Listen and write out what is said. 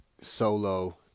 solo